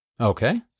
Okay